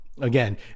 again